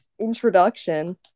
introduction